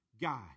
God